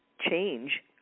change